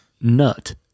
nut